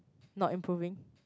not improving